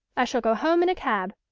i shall go home in a cab,